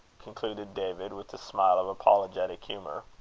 concluded david, with a smile of apologetic humour.